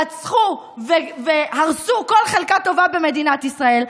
רצחו והרסו כל חלקה טובה במדינת ישראל,